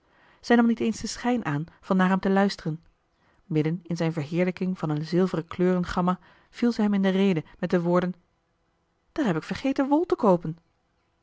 zij nam niet eens den schijn aan van naar hem te luisteren midden in zijn verheerlijking van een zilveren kleurengamma viel zij hem in de rede met de woorden daar heb ik vergeten wol te koopen